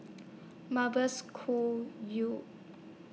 Mavis Khoo YOU